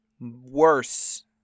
worse